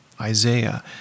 Isaiah